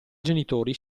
genitori